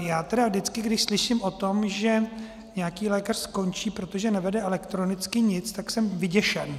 Já vždycky, když slyším o tom, že nějaký lékař skončí, protože nevede elektronicky nic, tak jsem vyděšen.